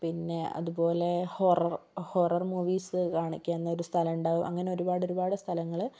പിന്നെ അതുപോലെ horror horror movies കാണിക്കുന്നൊരു സ്ഥലമുണ്ടാകും അങ്ങനെ ഒരുപാടൊരുപാട് സ്ഥലങ്ങൾ